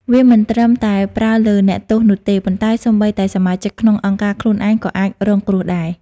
វាមិនត្រឹមតែប្រើលើអ្នកទោសនោះទេ ប៉ុន្តែសូម្បីតែសមាជិកក្នុងអង្គការខ្លួនឯងក៏អាចរងគ្រោះដែរ។